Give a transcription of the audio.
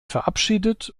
verabschiedet